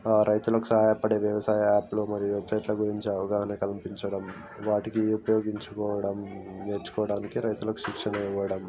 రైతులకు సహాయపడే వ్యవసాయ యాప్లు మరియు వెబ్సైట్ల గురించి అవగాహన కల్పించడం వాటికి ఉపయోగించుకోవడం నేర్చుకోవడానికి రైతులకు శిక్షణ ఇవ్వడం